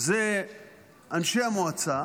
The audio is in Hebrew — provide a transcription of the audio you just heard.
זה אנשי המועצה